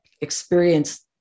experience